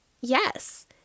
Yes